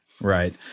right